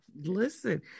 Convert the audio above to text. Listen